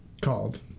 called